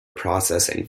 processing